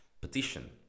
petition